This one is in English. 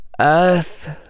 earth